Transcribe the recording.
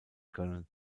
können